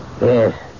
Yes